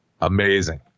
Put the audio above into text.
Amazing